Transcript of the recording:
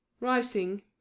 Rising